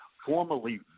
Formerly